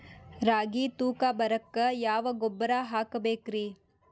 ರಾಗಿ ತೂಕ ಬರಕ್ಕ ಯಾವ ಗೊಬ್ಬರ ಹಾಕಬೇಕ್ರಿ?